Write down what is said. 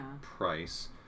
price